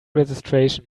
registration